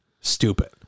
Stupid